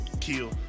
kill